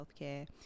healthcare